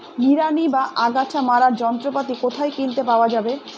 নিড়ানি বা আগাছা মারার যন্ত্রপাতি কোথায় কিনতে পাওয়া যাবে?